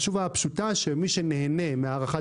התשובה הפשוטה היא שמי שנהנה מהארכת